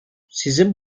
sizin